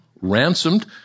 Ransomed